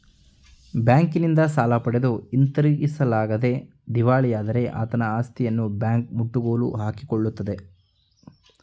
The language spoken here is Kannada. ಬ್ಯಾಂಕಿನಿಂದ ಸಾಲ ಪಡೆದು ಹಿಂದಿರುಗಿಸಲಾಗದೆ ದಿವಾಳಿಯಾದರೆ ಆತನ ಆಸ್ತಿಯನ್ನು ಬ್ಯಾಂಕ್ ಮುಟ್ಟುಗೋಲು ಹಾಕಿಕೊಳ್ಳುತ್ತದೆ